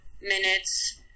minutes